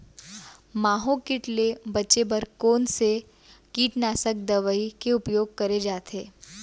माहो किट ले बचे बर कोन से कीटनाशक दवई के उपयोग करे जाथे?